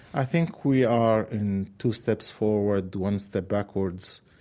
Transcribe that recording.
i think we are in two steps forward, one step backwards,